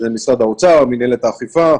שזה משרד האוצר, מנהלת האכיפה,